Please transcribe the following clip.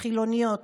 החילוניות,